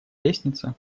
лестница